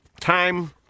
time